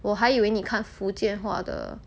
我还以为你看福建话的